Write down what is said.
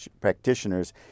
practitioners